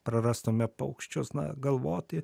prarastume paukščius na galvoti